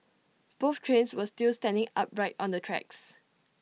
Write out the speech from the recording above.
both trains were still standing upright on the tracks